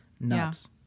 Nuts